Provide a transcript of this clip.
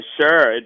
Sure